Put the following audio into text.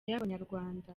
y’abanyarwanda